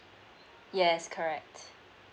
yes correct